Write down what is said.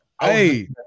Hey